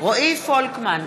רועי פולקמן,